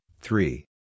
three